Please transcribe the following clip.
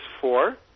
four